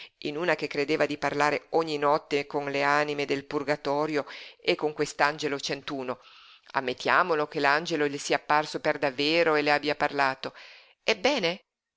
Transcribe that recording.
in una che credeva di parlare ogni notte con le anime del purgatorio e con quest'angelo centuno ammettiamo che l'angelo le sia apparso per davvero e le abbia parlato ebbene